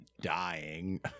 dying